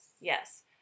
yes